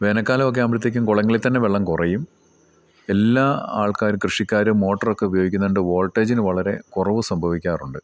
വേനൽക്കാലം ഒക്കെ ആകുമ്പോഴത്തേക്കും കുളങ്ങളിൽ തന്നെ വെള്ളം കുറയും എല്ലാ ആൾക്കാരും കൃഷിക്കാരും മോട്ടറൊക്കെ ഉപയോഗിക്കുന്നുണ്ട് വോൾട്ടേജിന് വളരെ കുറവ് സംഭവിക്കാറുണ്ട്